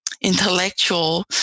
intellectual